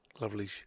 Lovely